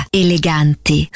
eleganti